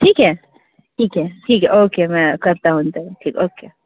ठीक है ठीक है ठीक है ओके मैं करता हूँ ठीक ओके